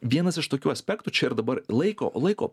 vienas iš tokių aspektų čia ir dabar laiko laiko